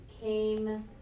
came